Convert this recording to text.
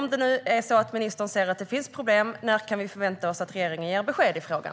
Om det nu är så att ministern ser att det finns problem, när kan vi förvänta oss att regeringen ger besked i frågan?